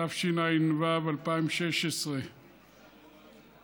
התשע"ו 2016, של